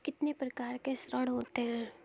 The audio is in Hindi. कितने प्रकार के ऋण होते हैं?